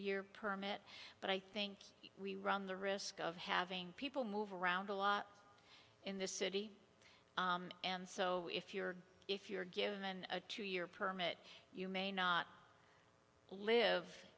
year permit but i think we run the risk of having people move around a lot in this city and so if you're if you're given a two year permit you may not live